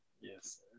Yes